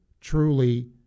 truly